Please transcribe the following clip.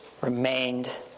remained